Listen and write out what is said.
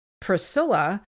Priscilla